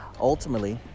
ultimately